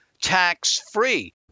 tax-free